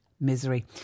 Misery